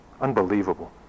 Unbelievable